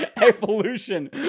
Evolution